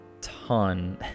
ton